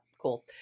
Cool